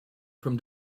from